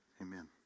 Amen